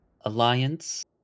alliance